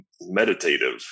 meditative